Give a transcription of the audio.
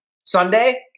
Sunday